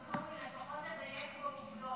לפחות תדייק בעובדות.